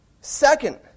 Second